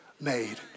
made